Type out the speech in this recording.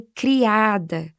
criada